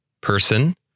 Person